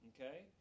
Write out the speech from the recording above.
Okay